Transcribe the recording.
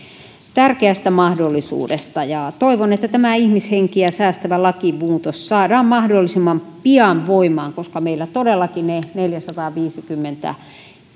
tärkeästä mahdollisuudesta toivon että tämä ihmishenkiä säästävä lakimuutos saadaan mahdollisimman pian voimaan koska meillä todellakin ne neljäsataaviisikymmentä